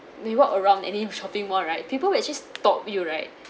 when you walk around any shopping mall right people will actually stop you right